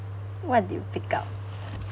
what do you pick up